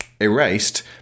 Erased